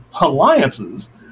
alliances